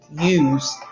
use